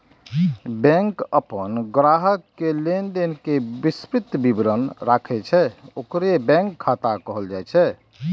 bank अपन ग्राहक के लेनदेन के विस्तृत विवरण राखै छै, ओकरे बैंक खाता कहल जाइ छै